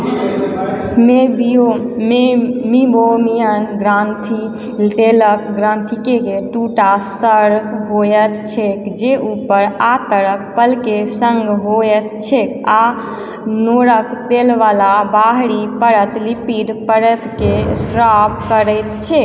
मेबियो मेबोमियन ग्रन्थि तेलक ग्रन्थिके दूटा सङ्ग होइत छैक जे ऊपर आ तरक पलके सङ्ग होइत छैक आ नोरक तेलवला बाहरी परत लिपिड परतके स्राव करैत छैक